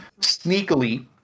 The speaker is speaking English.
sneakily